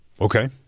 Okay